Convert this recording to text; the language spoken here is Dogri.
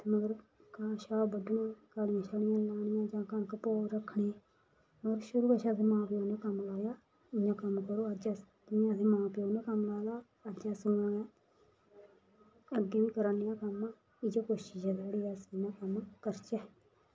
मगर घाह् शाह् बड्ढना घाड़ियां छाड़ियां लानियां भौ रक्खने शुरू कशा साढ़ी मां प्यो ने असें कम्म लाएआ इयां कम्म करो अज्ज अस साढ़े मां प्यो ने कम्म लाए दा हा अज्ज अस अग्गीं बी करां ने कम्म इयै कोशिश ऐ साढ़ी कि अस इयां कम्म करचै